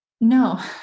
no